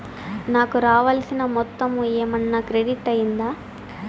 నాకు రావాల్సిన మొత్తము ఏమన్నా క్రెడిట్ అయ్యిందా